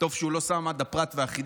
טוב שהוא לא שם עם הפרת והחידקל,